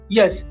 Yes